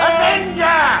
Avenger